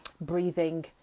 breathing